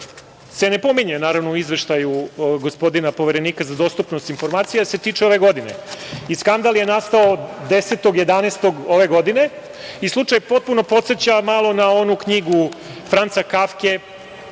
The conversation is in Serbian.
se ne pominje, naravno, u Izveštaju gospodina Poverenika za dostupnost informacija se tiče ove godine i skandal je nastao 10. novembra ove godine i slučaj potpuno podseća malo na onu knjigu Franca Kafke